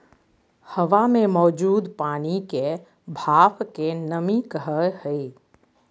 हवा मे मौजूद पानी के भाप के नमी कहय हय